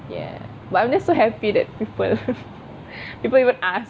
ya but I'm just so happy that people people even ask